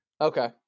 Okay